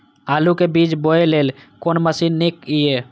आलु के बीज बोय लेल कोन मशीन नीक ईय?